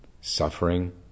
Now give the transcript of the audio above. Suffering